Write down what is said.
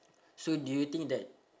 so do you think that